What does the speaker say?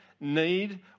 need